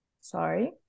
sorry